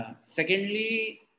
Secondly